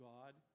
God